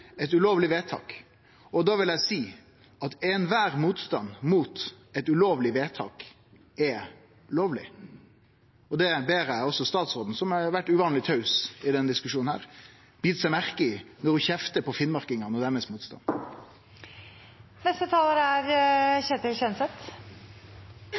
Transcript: eit ulovleg vedtak, og da vil eg seie at all motstand mot eit ulovleg vedtak er lovleg. Det ber eg også statsråden, som har vore uvanleg taus i denne diskusjonen, bite seg merke i når ho kjeftar på finnmarkingane og motstanden deira.